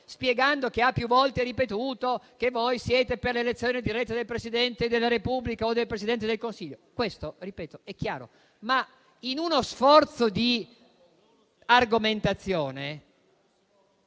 spiegando che ha più volte ripetuto che voi siete per l'elezione diretta del Presidente della Repubblica o del Presidente del Consiglio: questo - lo ripeto - è chiaro. In uno sforzo di argomentazione,